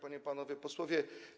Panie i Panowie Posłowie!